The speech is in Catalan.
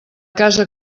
casa